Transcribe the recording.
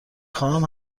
خواهم